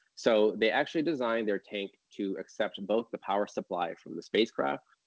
so they actually designed their tank to accept and both the power supply from the spacecraft,